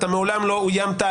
מעולם לא אוימת,